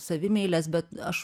savimeilės bet aš